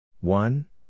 One